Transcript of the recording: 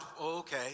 okay